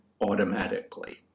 automatically